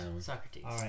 Socrates